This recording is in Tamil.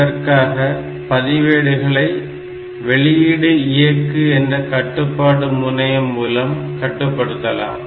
இதற்காக பதிவேடுகளை வெளியீடு இயக்கு என்ற கட்டுப்பாடு முனையம் மூலம் கட்டுப்படுத்தலாம்